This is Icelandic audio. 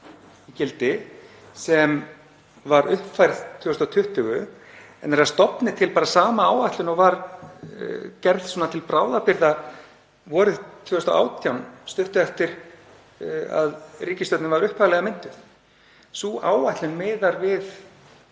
sem var uppfærð 2020 en er að stofni til sama áætlun og var gerð til bráðabirgða vorið 2018, stuttu eftir að ríkisstjórnin var upphaflega mynduð. Sú áætlun miðar við